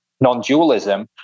non-dualism